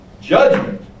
judgment